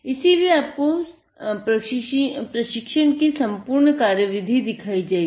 इसीलिए आपको प्रशिक्षण की सम्पूर्ण कार्यविधि दिखाई जायेगी